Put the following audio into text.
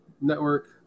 Network